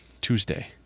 Tuesday